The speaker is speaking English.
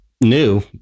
new